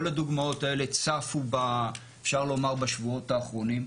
כל הדוגמאות האלה צפו אפשר לומר בשבועות האחרונים.